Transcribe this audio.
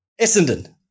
Essendon